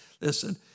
Listen